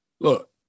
look